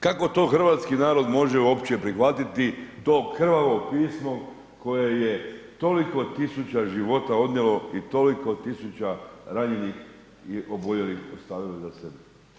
Kako to hrvatski narod može uopće prihvatiti to krvavo pismo koje je toliko tisuća života odnijelo i toliko tisuća ranjenih i oboljelih ostavilo iza sebe?